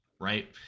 right